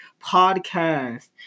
podcast